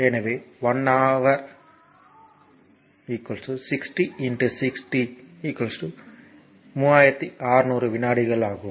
எனவே 1 ஹவர் 60 60 3600 வினாடி ஆகும்